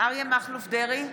אריה מכלוף דרעי,